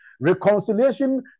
Reconciliation